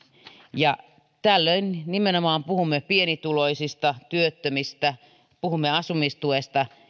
ja tällöin nimenomaan puhumme pienituloisista työttömistä puhumme asumistuesta